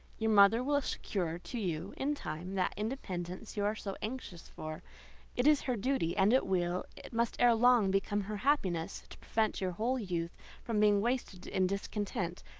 your mother will secure to you, in time, that independence you are so anxious for it is her duty, and it will, it must ere long become her happiness to prevent your whole youth from being wasted in discontent.